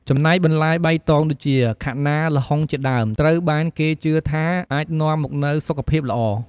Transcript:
ចំណែកបន្លែបៃតងដូចជា ខាត់ណា ល្ហុង ជាដើម ត្រូវបានគេជឿថាអាចនាំមកនូវសុខភាពល្អ ។